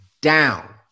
down